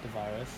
the virus